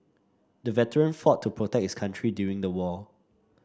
the veteran fought to protect his country during the war